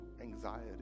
Anxiety